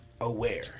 aware